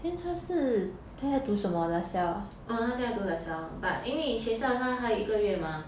现在读 La Salle but 因为学校她还有一个月 mah